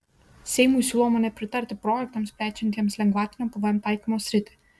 seimui siūloma nepritarti projektams plečiantiems lengvatinio pvm taikymo sritį